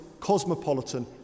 cosmopolitan